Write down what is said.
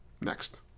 Next